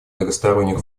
многосторонних